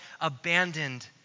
abandoned